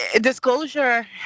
disclosure